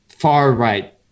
far-right